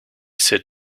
said